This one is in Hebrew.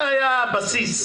זה היה הבסיס,